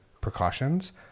precautions